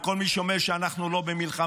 וכל מי שאומר שאנחנו לא במלחמה,